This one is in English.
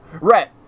Rhett